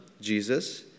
Jesus